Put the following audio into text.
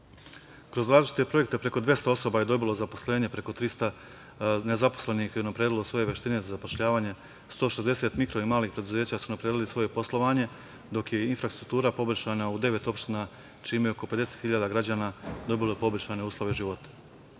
vas“.Kroz različite projekte preko 200 osoba je dobilo zaposlenje. Preko 300 nezaposlenih na predlog svoje veštine za zapošljavanje, 160 mikro i malih preduzeća su unapredili svoje poslovanje, dok je infrastruktura poboljšana u devet opština, čime je oko 50.000 građana dobilo poboljšane uslove